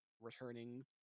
returning